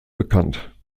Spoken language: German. bekannt